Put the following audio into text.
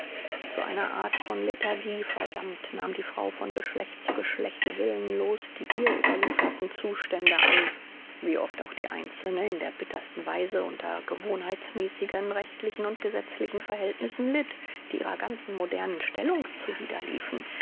zu einer art von lethargie verdammt nahm die frau von geschlecht zu geschlecht willenlos die ihr überlieferten zustände an wie oft auch die einzelne in der bittersten weise unter gewohnheitsmäßigen rechtlichen und gesetzlichen verhältnissen litt die ihrer ganzen modernen stellung